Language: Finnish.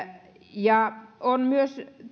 on myös